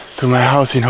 to my house you know